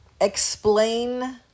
explain